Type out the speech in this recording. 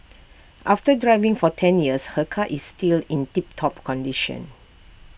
after driving for ten years her car is still in tip top condition